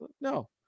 no